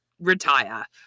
retire